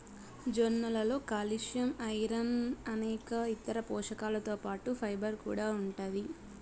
జొన్నలలో calcium, iron అనేక ఇతర పోషకాలతో పాటు ఫైబర్ కూడా ఉంటాది